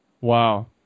Wow